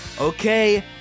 Okay